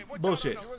Bullshit